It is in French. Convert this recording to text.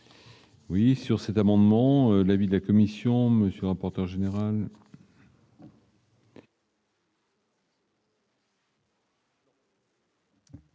Oui, sur cet amendement, l'avis de la Commission, monsieur rapporteur général.